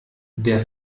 der